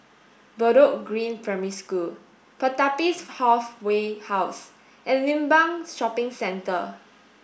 Bedok Green Primary School Pertapis Halfway House and Limbang Shopping Centre